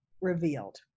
revealed